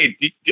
Hey